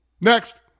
Next